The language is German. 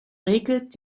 räkelt